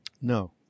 No